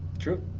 true.